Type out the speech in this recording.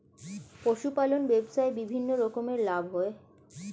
পশুপালন ব্যবসায় বিভিন্ন রকমের লাভ হয়